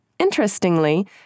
Interestingly